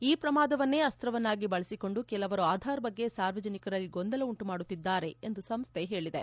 ಈ ಪ್ರಮಾದವನ್ನೇ ಅಸ್ತವನ್ನಾಗಿ ಬಳಸಿಕೊಂಡು ಕೆಲವರು ಆಧಾರ್ ಬಗ್ಗೆ ಸಾರ್ವಜನಿಕರಲ್ಲಿ ಗೊಂದಲ ಉಂಟುಮಾಡುತ್ತಿದ್ದಾರೆ ಎಂದು ಸಂಸ್ಥೆ ಹೇಳಿದೆ